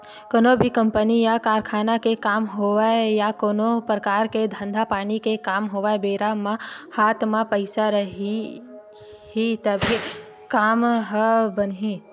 कोनो भी कंपनी या कारखाना के काम होवय या कोनो परकार के धंधा पानी के काम होवय बेरा म हात म पइसा रइही तभे काम ह बनही